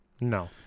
No